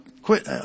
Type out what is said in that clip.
Quit